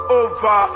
over